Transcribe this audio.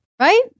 right